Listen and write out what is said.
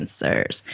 answers